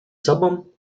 sobą